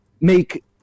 make